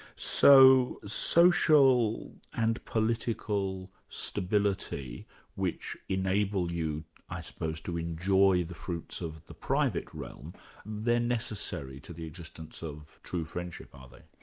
so social and political stability which enable you i suppose to enjoy the fruits of the private realm they're necessary to the existence of true friendship are they?